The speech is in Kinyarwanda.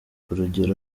urugero